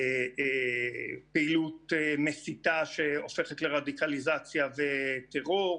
פעילות מסיתה שהופכת לרדיקליזציה וטרור,